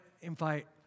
invite